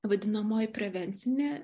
vadinamoji prevencinė